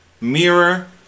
mirror